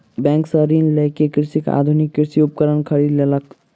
bank सॅ ऋण लय के कृषक आधुनिक कृषि उपकरण खरीद लेलक